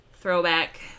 throwback